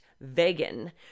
vegan